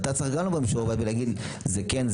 גם אתה צריך לבוא עם שיעורי בית ולומר: זה כן,